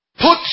put